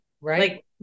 right